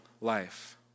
life